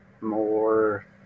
more